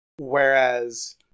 whereas